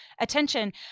attention